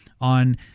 on